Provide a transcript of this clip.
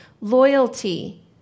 loyalty